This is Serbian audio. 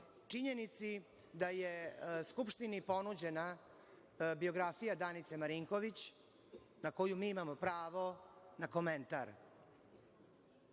činjenici da je Skupštini ponuđena biografija Danice Marinković, na koju mi imamo pravo na komentar.